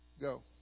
Go